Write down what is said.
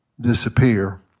disappear